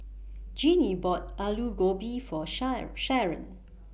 Jeanie bought Aloo Gobi For Sharen Sharen